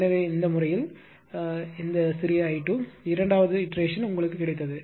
எனவே இந்த வழியில் சிறிய i2 இரண்டாவது மறு செய்கை உங்களுக்கு கிடைத்தது